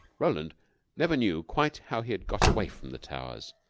roland never knew quite how he had got away from the towers.